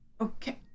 Okay